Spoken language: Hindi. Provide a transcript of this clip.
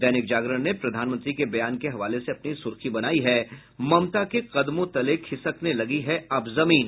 दैनिक जागरण ने प्रधानमंत्री के बयान के हवाले से अपनी सुर्खी बनायी है ममता के कदमों तले खिसकने लगी है अब जमीन